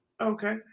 Okay